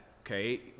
Okay